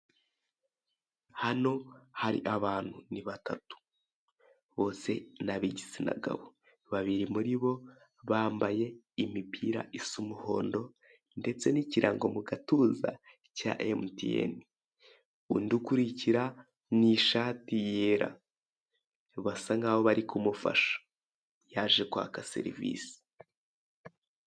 Hano hari abantu ni batatu bose ni abigitsinagabo babiri muri bo bambaye imipira isa umuhondo ndetse n'ikirango mu gatuza cya MTN undi ukurikira ni ishati yera basa nkaho bari kumufasha yaje kwaka serivise.